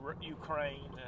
Ukraine